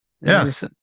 Yes